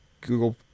google